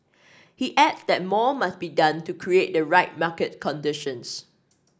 he add that more must be done to create the right market conditions